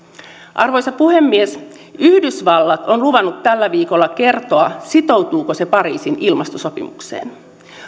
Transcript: arvoisa puhemies yhdysvallat on luvannut tällä viikolla kertoa sitoutuuko se pariisin ilmastosopimukseen